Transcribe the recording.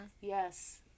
yes